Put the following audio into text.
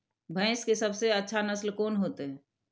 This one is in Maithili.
भैंस के सबसे अच्छा नस्ल कोन होते?